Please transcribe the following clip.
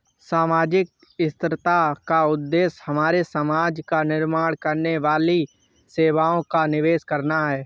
सामाजिक स्थिरता का उद्देश्य हमारे समाज का निर्माण करने वाली सेवाओं का निवेश करना है